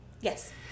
Yes